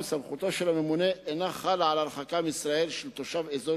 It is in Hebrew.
אולם סמכותו של הממונה אינה חלה על הרחקה מישראל של תושב אזור